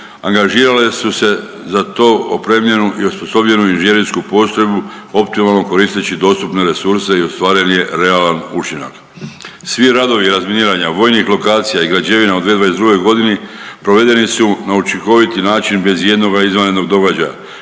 angažirale su se za to opremljenu i osposobljenu inženjersku postrojbu optimalno koristeći dostupne resurse i ostvaren je realan učinak. Svi radovi razminiranja vojnih lokacija i građevina u 2022.g. provedeni su na učinkoviti način bez ijednoga izvanrednog događaja